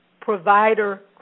provider